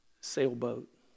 sailboat